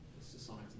society